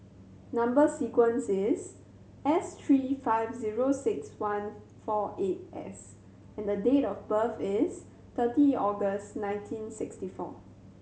number sequence is S three five zero six one four eight S and date of birth is thirty August nineteen sixty four